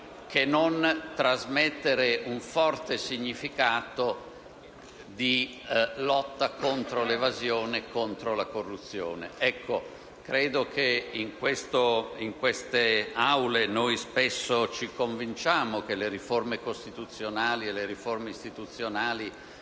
che non trasmettere un forte significato di lotta contro l'evasione e contro la corruzione. Ecco, credo che in queste Aule noi spesso ci convinciamo che le riforme costituzionali e le riforme istituzionali